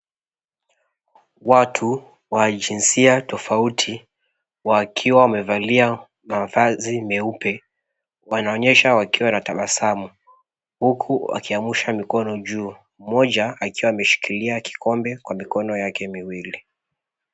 Watu wa jinsia tofauti wakiwa wamevalia mavazi meupe, wanaonyesha wakiwa na tabasamu huku wakiamusha mikono juu , moja akiwaameshikilia kikombe kwa mikono yake miwili.